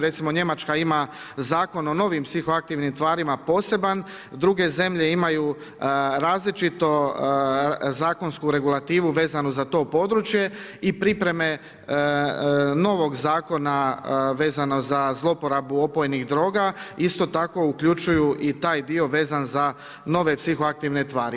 Recimo Njemačka ima zakon o novim psiho aktivnim tvarima poseban, druge zemlje imaju različitu zakonsku regulativu vezanu za to područje i pripreme novog zakona vezano za zloporabu opojnih droga, isto tako uključuju i taj dio vezan za nove psiho aktivne tvari.